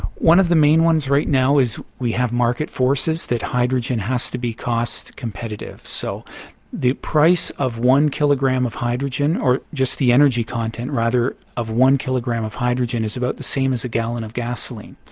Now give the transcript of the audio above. one of the main ones right now is we have market forces, that hydrogen has to be cost-competitive. so the price of one kilogram of hydrogen, or just the energy content, rather, of one kilogram of hydrogen is about the same as a gallon of gasoline.